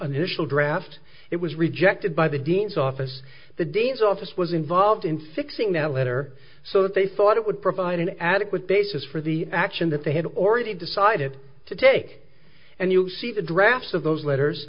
initial draft it was rejected by the dean's office the dean's office was involved in fixing that letter so they thought it would provide an adequate basis for the action that they had already decided to take and you see the drafts of those letters